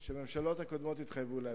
הקוב שהממשלות הקודמות התחייבו לה.